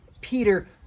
Peter